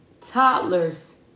Toddlers